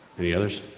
any others?